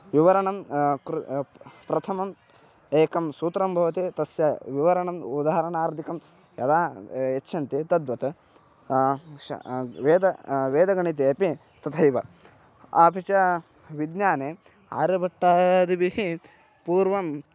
विवरणं कृ प्रथमम् एकं सूत्रं भवति तस्य विवरणम् उदहरणादिकं यदा यच्छन्ति तद्वत् श वेद वेदगणितेपि तथैव अपि च विज्ञाने आर्यभट्टादिभिः पूर्वम्